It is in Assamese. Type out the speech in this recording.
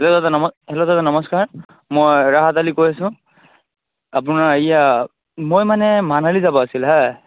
হেল্ল' দা নম হেল্ল' দাদা নমস্কাৰ মই ৰাহত আলী কৈ আছোঁ আপোনাৰ এইয়া মই মানে মানালী যাব আছিলে হাঁ